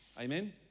Amen